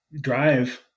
drive